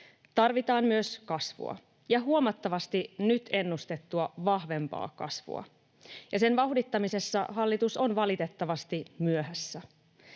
Tarvitaan myös kasvua, ja huomattavasti nyt ennustettua vahvempaa kasvua, ja sen vauhdittamisessa hallitus on valitettavasti myöhässä.